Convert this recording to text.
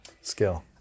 skill